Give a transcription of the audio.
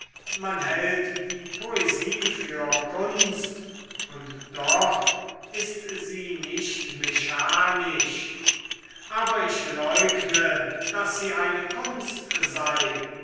man hält die poesie für kunst und doch ist sie nicht mechanisch aber ich leugne daß sie eine kunst sei